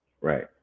Right